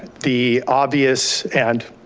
the obvious and